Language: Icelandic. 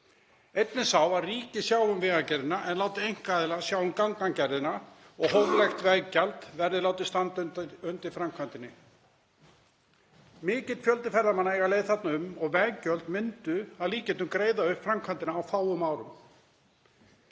Einn er sá að ríkið sjái um Vegagerðina en láti einkaaðila sjá um gangagerðina og hóflegt veggjald verði látið standa undir framkvæmdinni. Mikill fjöldi ferðamanna á leið þarna um og veggjöld myndu að líkindum greiða upp framkvæmdina á fáum árum.